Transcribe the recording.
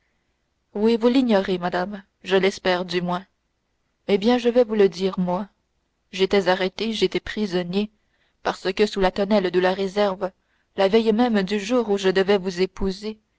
vous l'ignorez madame je l'espère du moins eh bien je vais vous le dire moi j'étais arrêté j'étais prisonnier parce que sous la tonnelle de la réserve la veille même du jour où je devais vous épouser